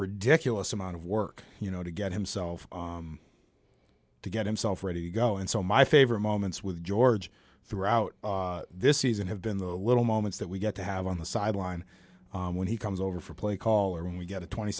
ridiculous amount of work you know to get himself to get himself ready to go and so my favorite moments with george throughout this season have been the little moments that we get to have on the sideline when he comes over for play call or when we get a twenty